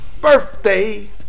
Birthday